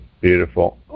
Beautiful